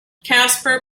casper